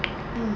mm